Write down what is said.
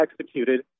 executed